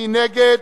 מי נגד?